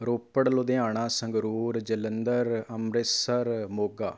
Ropar Ludhiana Sangrur Jalandhar Amritsar Moga